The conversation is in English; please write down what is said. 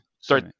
Sorry